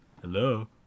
Hello